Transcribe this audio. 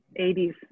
80s